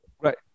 Right